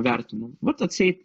vertinam vat atseit